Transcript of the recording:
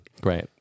Great